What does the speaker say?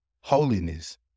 Holiness